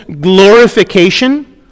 glorification